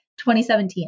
2017